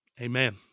Amen